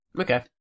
Okay